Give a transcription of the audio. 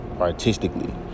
artistically